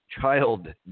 child